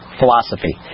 philosophy